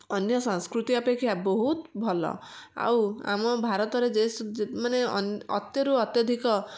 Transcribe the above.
ଅନ୍ୟ ସଂସ୍କୃତି ଅପେକ୍ଷା ବହୁତ ଭଲ ଆଉ ଆମ ଭାରତରେ ଯେ ମାନେ ଅତି ରୁ ଅତ୍ୟଧିକ